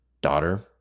daughter